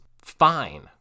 fine